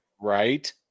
Right